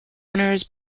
runners